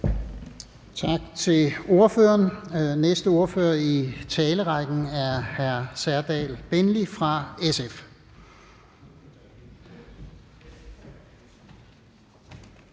Tak til ordføreren. Den næste ordfører i talerrækken er hr. Serdal Benli fra SF.